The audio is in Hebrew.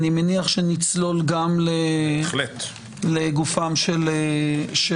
ואני מניח שנצלול גם לגופם של הסעיפים.